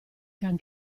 can